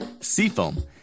Seafoam